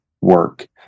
work